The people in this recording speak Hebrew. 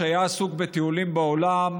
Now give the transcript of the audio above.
שהיה עסוק בטיולים בעולם,